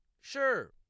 sure